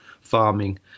Farming